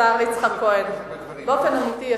השר יצחק כהן, באופן אמיתי.